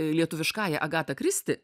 lietuviškąja agata kristi